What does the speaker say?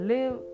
Live